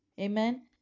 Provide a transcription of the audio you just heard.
Amen